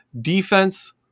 Defense